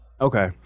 Okay